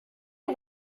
est